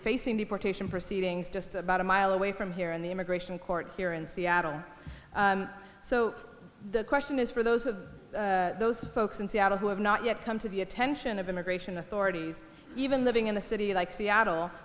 facing deportation proceedings just about a mile away from here in the immigration court here in seattle so the question is for those of those folks in seattle who have not yet come to the attention of immigration authorities even living in the city like seattle